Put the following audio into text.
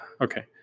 Okay